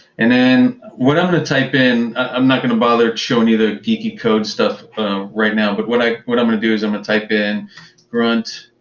and then what i'm going to type in, i'm not going to bother showing you the geeky code stuff right now. but what i'm what i'm going to do is i'm going to type in front